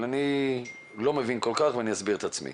אבל אני לא מבין כל כך, ואני אסביר את עצמי: